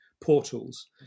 portals